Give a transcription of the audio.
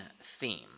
theme